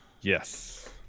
Yes